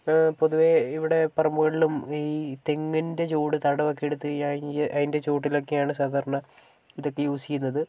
പൊതുവേ ഇവിടെ പറമ്പുകളിലും ഈ തെങ്ങിൻ്റെ ചുവട് തടമൊക്കെ എടുത്ത് അതിൻ്റെ ചുവട്ടിലൊക്കെയാണ് സാധാരണ ഇതൊക്കെ യൂസ് ചെയ്യുന്നത്